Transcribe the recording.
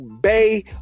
Bay